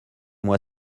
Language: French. moi